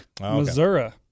Missouri